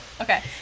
Okay